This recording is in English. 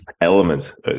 elements